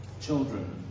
children